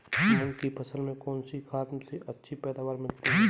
मूंग की फसल में कौनसी खाद से अच्छी पैदावार मिलती है?